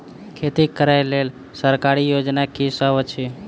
खेती करै लेल सरकारी योजना की सब अछि?